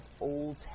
Old